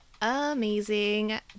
Amazing